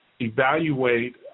evaluate